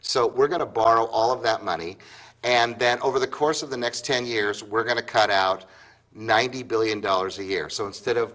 so we're going to borrow all of that money and then over the course of the next ten years we're going to cut out ninety billion dollars a year so instead of